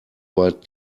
weit